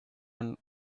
and